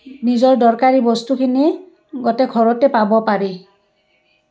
নিজৰ দৰকাৰী বস্তুখিনি গোটেই ঘৰতে পাব পাৰি